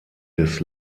des